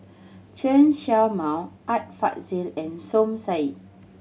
Chen Show Mao Art Fazil and Som Said